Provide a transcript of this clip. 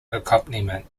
accompaniment